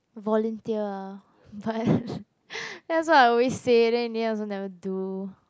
volunteer but that's what I always say then in the end also never do